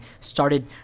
started